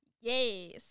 Yes